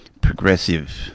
progressive